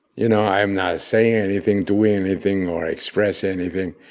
you know, i'm not saying anything, doing anything or express anything.